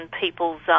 people's